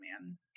man